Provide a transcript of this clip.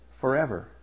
forever